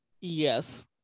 Yes